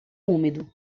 úmido